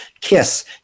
Kiss